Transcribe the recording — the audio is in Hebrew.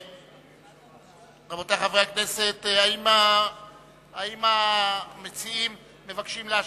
רבותי חברי הכנסת, האם המציעים מבקשים להשיב?